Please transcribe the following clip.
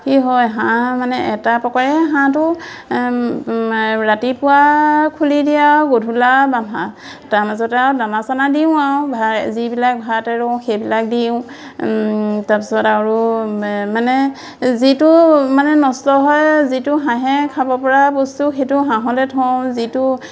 কি হয় হাঁহ মানে এটা প্ৰকাৰে হাঁহটো ৰাতিপুৱা খুলি দিয়ে আৰু গধূলা তাৰমাজতে আও দানা চানা দিওঁ আও যিবিলাক ভাত এৰো সেইবিলাক দিওঁ তাৰপিছত আৰু মানে যিটো মানে নষ্ট হয় যিটো হাঁহে খাব পৰা বস্তু সেইটো হাঁহলে থওঁ যিটো